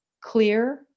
clear